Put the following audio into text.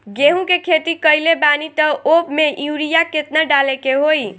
गेहूं के खेती कइले बानी त वो में युरिया केतना डाले के होई?